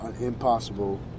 impossible